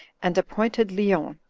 and appointed lyons,